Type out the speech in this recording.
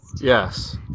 Yes